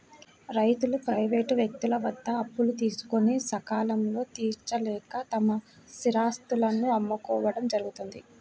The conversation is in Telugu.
రైతులు ప్రైవేటు వ్యక్తుల వద్ద అప్పులు తీసుకొని సకాలంలో తీర్చలేక తమ స్థిరాస్తులను అమ్ముకోవడం జరుగుతోంది